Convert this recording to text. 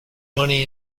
money